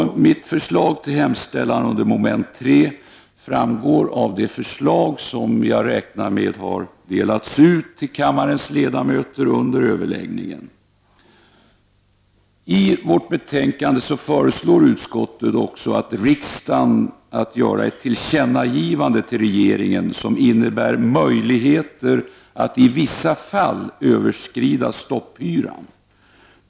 Mitt förslag till hemställan under mom. 3 framgår av det förslag som jag räknar med har delats ut till kammarens ledamöter under överläggningen. I betänkandet föreslår utskottet också att riksdagen till regeringen gör ett tillkännagivande som innebär möjligheter att i vissa fall överskrida stopphyran.